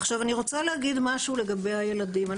עכשיו, אני רוצה להגיד משהו לגבי הילדים.